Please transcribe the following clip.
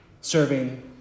serving